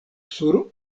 sur